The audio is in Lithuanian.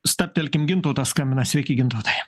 stabtelkim gintautas skambina sveiki gintautai